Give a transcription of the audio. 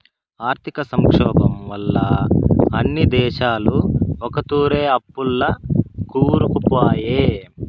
ఆర్థిక సంక్షోబం వల్ల అన్ని దేశాలు ఒకతూరే అప్పుల్ల కూరుకుపాయే